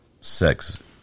sex